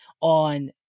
on